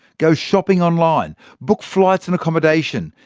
go shopping online, book flights and accommodation,